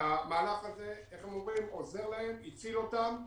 הם אומרים שהמהלך הזה עוזר להם, הציל אותם.